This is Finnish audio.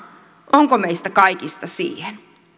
onko meistä kaikista siihen